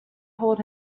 hold